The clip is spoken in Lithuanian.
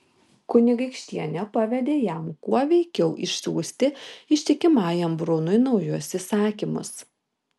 kunigaikštienė pavedė jam kuo veikiau išsiųsti ištikimajam brunui naujus įsakymus